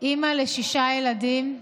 אימא לשישה ילדים,